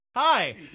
Hi